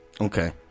Okay